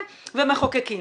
במחקר